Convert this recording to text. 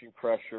pressure